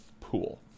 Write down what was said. pool